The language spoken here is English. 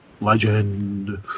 legend